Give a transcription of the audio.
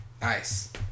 nice